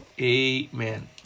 Amen